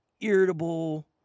irritable